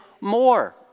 more